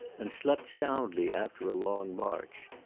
and slept soundly after a long march.